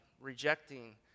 rejecting